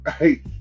right